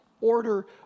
order